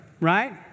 right